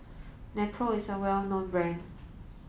Nepro is a well known rand